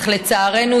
אך לצערנו,